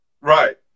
Right